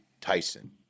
Tyson